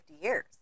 years